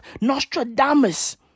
Nostradamus